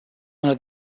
under